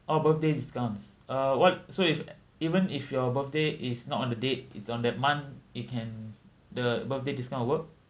oh birthday discounts uh what so if even if your birthday is not on the date it's on that month it can the birthday discount will work